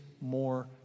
more